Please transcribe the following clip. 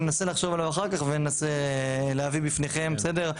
ננסה לחשוב עליו אחר כך וננסה להביא בפניכם, בסדר?